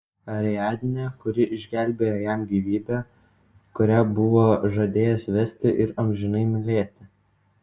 ariadnę kuri išgelbėjo jam gyvybę kurią buvo žadėjęs vesti ir amžinai mylėti